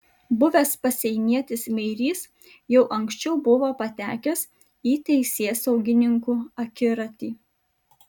buvęs pasienietis meirys jau anksčiau buvo patekęs į teisėsaugininkų akiratį